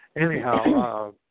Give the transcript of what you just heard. anyhow